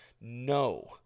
no